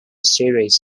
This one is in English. series